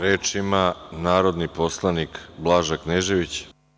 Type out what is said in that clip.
Reč ima narodni poslanik Blaža Knežević.